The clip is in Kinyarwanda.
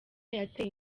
yateye